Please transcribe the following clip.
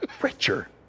richer